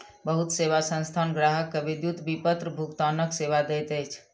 बहुत सेवा संस्थान ग्राहक के विद्युत विपत्र भुगतानक सेवा दैत अछि